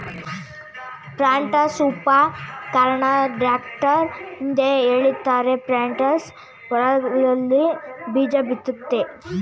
ಪ್ಲಾಂಟರ್ಸ್ಉಪಕರಣನ tractor ಹಿಂದೆ ಎಳಿತಾರೆ planters ಹೊಲ್ದಲ್ಲಿ ಸಾಲ್ನಲ್ಲಿ ಬೀಜಬಿತ್ತುತ್ತೆ